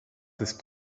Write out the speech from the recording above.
ist